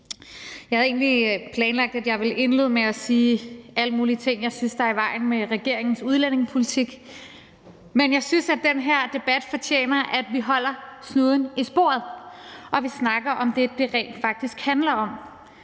egentlig planlagt, at jeg ville indlede med at sige alle mulige ting, som jeg synes er i vejen med regeringens udlændingepolitik, men jeg synes, at den her debat fortjener, at vi holder snuden i sporet og snakker om det, det rent faktisk handler om.